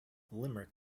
limerick